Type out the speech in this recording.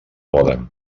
poden